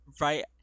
right